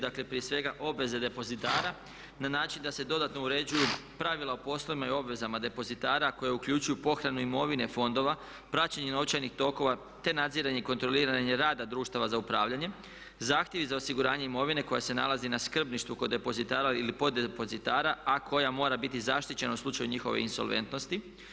Dakle, prije svega obveze depozitara na način da se dodatno uređuju pravila o poslovima i obvezama depozitara koje uključuju pohranu imovine fondova, praćenje novčanih tokova, te nadziranje i kontroliranje rada društava za upravljanje, zahtjevi za osiguranje imovine koja se nalazi na skrbništvu kod depozitara ili poddepozitara a koja mora biti zaštićena u slučaju njihove insolventnosti.